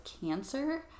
cancer